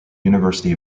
university